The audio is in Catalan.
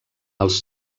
els